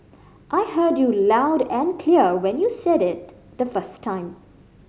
I heard you loud and clear when you said it the first time